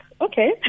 okay